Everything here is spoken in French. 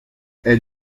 elle